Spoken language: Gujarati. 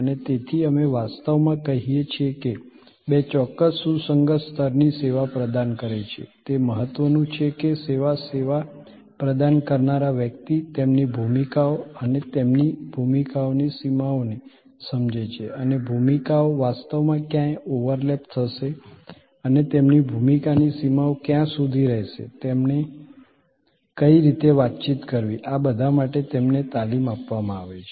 અને તેથી અમે વાસ્તવમાં કહીએ છીએ કે બે ચોક્કસ સુસંગત સ્તરની સેવા પ્રદાન કરે છે તે મહત્વનું છે કે સેવા સેવા પ્રદાન કરનાર વ્યક્તિ તેમની ભૂમિકાઓ અને તેમની ભૂમિકાઓની સીમાઓને સમજે છે અને ભૂમિકાઓ વાસ્તવમાં ક્યાં ઓવરલેપ થશે અનેતેમની ભૂમિકા ની સીમાઓ ક્યાં સુધી રહેશે તેમને કઈ રીતે વાતચીત કરવી આ બધા માટે તેમને તાલીમ આપવામાં આવે છે